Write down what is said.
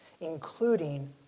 including